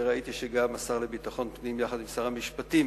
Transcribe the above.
וראיתי שגם השר לביטחון פנים ושר המשפטים